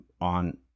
on